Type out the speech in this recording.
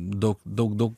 daug daug daug